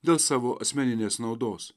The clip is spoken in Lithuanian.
dėl savo asmeninės naudos